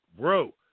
bro